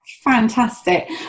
fantastic